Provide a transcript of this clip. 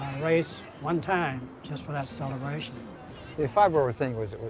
race, one time just for that celebration. the five-borough thing was